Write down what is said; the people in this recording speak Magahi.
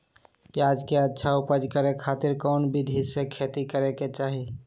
प्याज के अच्छा उपज करे खातिर कौन विधि से खेती करे के चाही?